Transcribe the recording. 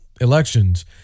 elections